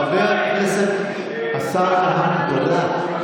חבר הכנסת השר כהנא, תירגע.